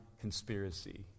conspiracy